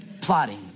Plotting